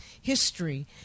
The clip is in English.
history